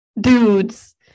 dudes